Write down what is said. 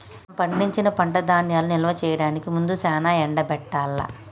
మనం పండించిన పంట ధాన్యాలను నిల్వ చేయడానికి ముందు సానా ఎండబెట్టాల్ల